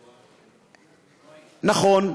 נכון,